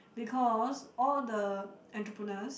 because all the entrepeneurs